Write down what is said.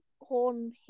horn